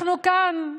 אנחנו כאן,